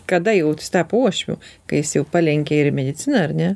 kada jau tapo uošviu kai jis jau palenkė ir į mediciną ar ne